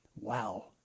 Wow